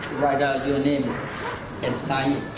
write ah your name and sign